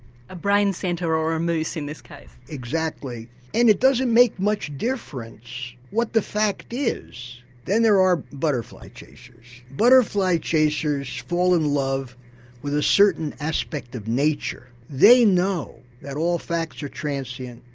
a brain centre or a moose in this case. exactly and it doesn't make much difference what the fact is. then there are butterfly chasers. butterfly chasers fall in love with a certain aspect of nature, they know that all facts are transient,